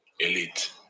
elite